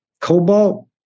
Cobalt